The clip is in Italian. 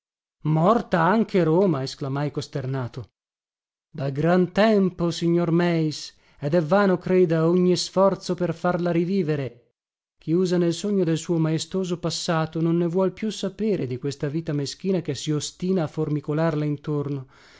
roma esclamai costernato da gran tempo signor meis ed è vano creda ogni sforzo per farla rivivere chiusa nel sogno del suo maestoso passato non ne vuol più sapere di questa vita meschina che si ostina a formicolarle intorno